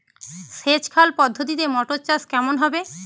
সেচ খাল পদ্ধতিতে মটর চাষ কেমন হবে?